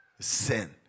Sin